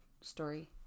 story